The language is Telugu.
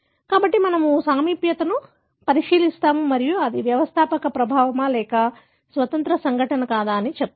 కాబట్టి మనము సామీప్యతను పరిశీలిస్తాము మరియు అది వ్యవస్థాపక ప్రభావమా లేక స్వతంత్ర సంఘటన కాదా అని చెబుతాము